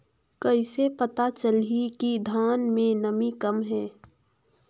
कइसे पता चलही कि धान मे नमी कम हे?